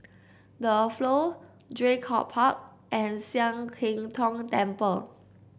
The Flow Draycott Park and Sian Keng Tong Temple